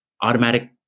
automatic